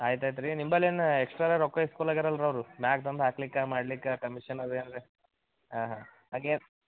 ಆಯ್ತು ಆಯ್ತು ರೀ ನಿಂಬಲ್ಲೇನು ಎಕ್ಸ್ಟ್ರಾದ ರೊಕ್ಕ ಇಸ್ಕೊಳಗಲ್ರ ಅವರು ಮ್ಯಾಗೆ ಬಂದು ಹಾಕ್ಲಿಕ್ಕೆ ಮಾಡ್ಲಿಕ್ಕೆ ಕಮಿಷನ್ ಅದೆ ಏನರೆ ಹಾಂ ಹಾಂ ಹಾಗೇನ್